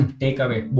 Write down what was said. takeaway